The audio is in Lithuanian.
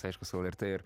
aišku savo verte ir